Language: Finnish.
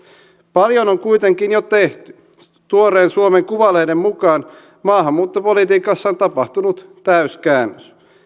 paljon on kuitenkin jo tehty tuoreen suomen kuvalehden mukaan maahanmuuttopolitiikassa on tapahtunut täyskäännös